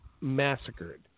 massacred